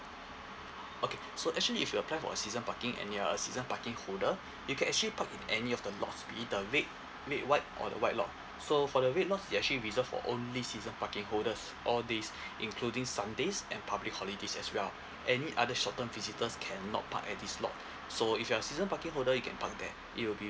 okay so actually if you apply for a season parking and you're a season parking holder you can actually park at any of the lot either red red white or white lot so for the red lot it's actually reserved only for season parking holders all days including sundays and public holidays as well any other short term visitors can not park at these lot so if you're a season parking holder you can park there it will be